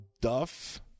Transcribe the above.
duff